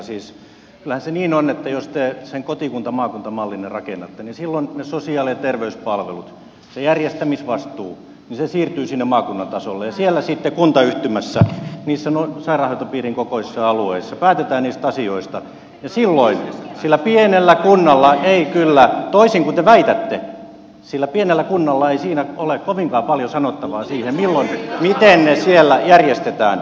siis kyllähän se niin on että jos te sen kotikuntamaakunta mallinne rakennatte niin silloin ne sosiaali ja terveyspalvelut se järjestämisvastuu siirtyy sinne maakunnan tasolle ja siellä sitten kuntayhtymässä niissä sairaanhoitopiirin kokoisissa alueissa päätetään niistä asioista ja silloin sillä pienellä kunnalla ei kyllä toisin kuin te väitätte siinä ole kovinkaan paljon sanottavaa siihen miten ne siellä järjestetään